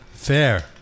Fair